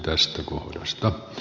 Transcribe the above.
arvoisa puhemies